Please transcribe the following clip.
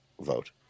vote